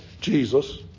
Jesus